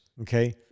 okay